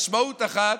משמעות אחת,